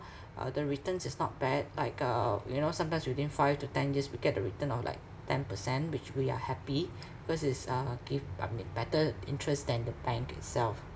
uh the returns is not bad like uh you know sometimes within five to ten years we get the return of like ten percent which we are happy because it's uh give I mean better interest than the bank itself